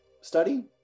study